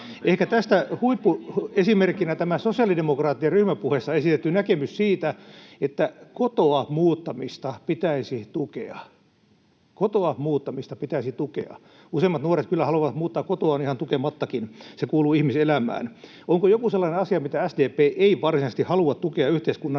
huippuesimerkkinä tämä sosiaalidemokraattien ryhmäpuheessa esitetty näkemys siitä, että kotoa muuttamista pitäisi tukea. Kotoa muuttamista pitäisi tukea. Useimmat nuoret kyllä haluavat muuttaa kotoaan ihan tukemattakin. Se kuuluu ihmiselämään. Onko joku sellainen asia, mitä SDP ei varsinaisesti halua tukea yhteiskunnan